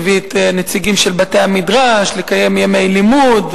מביא את הנציגים של בתי-המדרש לקיים ימי לימוד,